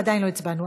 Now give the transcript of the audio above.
עדיין לא הצבענו.